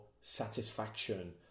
satisfaction